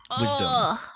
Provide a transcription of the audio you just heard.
wisdom